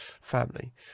family